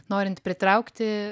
norint pritraukti